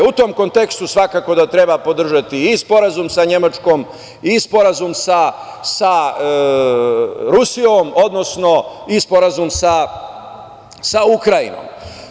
U tom kontekstu svakako da treba podržati i sporazum sa Nemačkom i sporazum sa Rusijom i sporazum sa Ukrajinom.